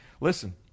Listen